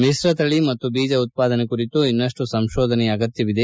ಮಿಶ್ರ ತಳಿ ಮತ್ತು ಬೀಜ ಉತ್ಪಾದನೆ ಕುರಿತು ಇನ್ನಷ್ಟು ಸಂಶೋಧನೆಯ ಅಗತ್ವವಿದೆ